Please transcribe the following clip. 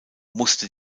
musste